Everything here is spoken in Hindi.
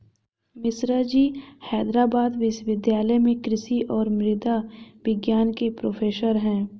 मिश्राजी हैदराबाद विश्वविद्यालय में कृषि और मृदा विज्ञान के प्रोफेसर हैं